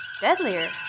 Deadlier